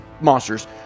monsters